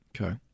okay